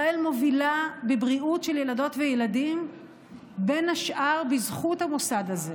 ישראל מובילה בבריאות של ילדות וילדים בין השאר בזכות המוסד הזה,